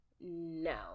no